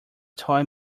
toy